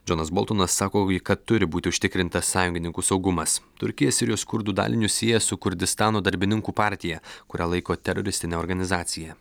džonas boltonas sako kad turi būti užtikrintas sąjungininkų saugumas turkija sirijos kurdų dalinius sieja su kurdistano darbininkų partija kurią laiko teroristine organizacija